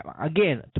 again